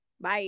Bye